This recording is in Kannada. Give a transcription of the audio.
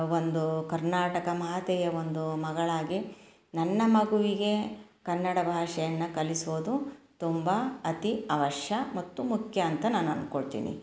ಒಂದು ಕರ್ನಾಟಕ ಮಾತೆಯ ಒಂದು ಮಗಳಾಗಿ ನನ್ನ ಮಗುವಿಗೆ ಕನ್ನಡ ಭಾಷೆಯನ್ನು ಕಲಿಸುವುದು ತುಂಬ ಅತಿ ಅವಶ್ಯ ಮತ್ತು ಮುಖ್ಯ ಅಂತ ನಾನು ಅಂದ್ಕೊಳ್ತೀನಿ